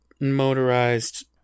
motorized